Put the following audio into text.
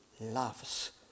loves